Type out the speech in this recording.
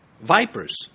vipers